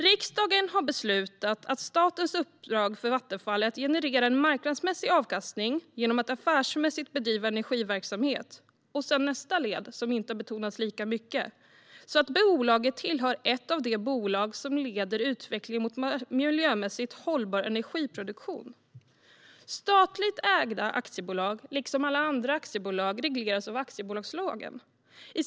Riksdagen har beslutat att statens uppdrag för Vattenfall är att generera en marknadsmässig avkastning genom att affärsmässigt bedriva energiverksamhet, så att bolaget - detta led har inte betonats lika mycket - tillhör de bolag som leder utvecklingen mot miljömässigt hållbar energiproduktion. Liksom alla andra aktiebolag regleras statligt ägda aktiebolag av aktiebolagslagen.